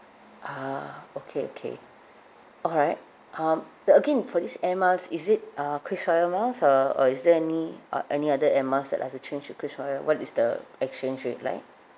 ah okay okay alright um a~ again for this air miles is it uh KrisFlyer miles or or is there any uh any other air miles that I have to change to krisflyer what is the exchange rate like